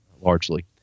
largely